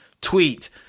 tweet